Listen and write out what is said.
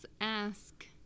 ask